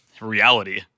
reality